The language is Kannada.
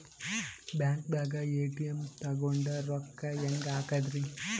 ಬ್ಯಾಂಕ್ದಾಗ ಎ.ಟಿ.ಎಂ ತಗೊಂಡ್ ರೊಕ್ಕ ಹೆಂಗ್ ಹಾಕದ್ರಿ?